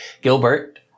Gilbert